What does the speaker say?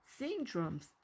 syndromes